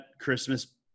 christmas